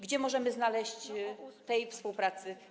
Gdzie możemy znaleźć ślady tej współpracy?